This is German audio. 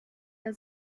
der